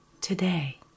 today